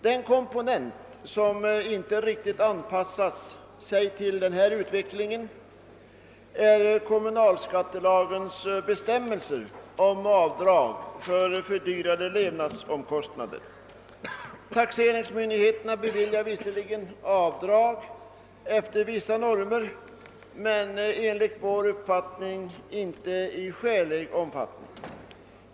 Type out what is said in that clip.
Den komponent som inte riktigt anpassat sig till denna utveckling är kommunalskattelagens bestämmelser om avdrag för höjda levnadsomkostnader. Taxeringsmyndigheterna beviljar visserligen avdrag efter vissa normer men inte i skälig omfattning enligt vår uppfattning.